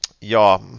ja